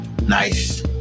Nice